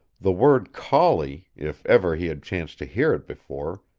the word collie, if ever he had chanced to hear it before,